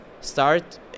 start